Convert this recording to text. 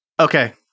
Okay